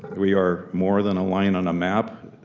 we are more than a line on a map,